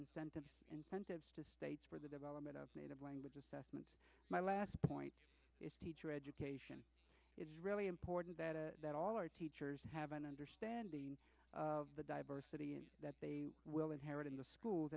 incentives incentives to states for the development of native language assessment my last point is teacher education is really important that a that all our teachers have an understanding of the diversity that they will inherit in the schools